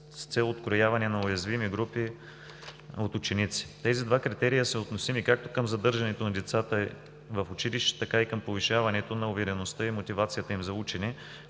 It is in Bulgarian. с цел открояване на уязвими групи от ученици. Тези два критерия са относими както към задържането на децата в училище, така и към повишаването на увереността и мотивацията им за учене,